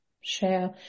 share